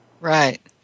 Right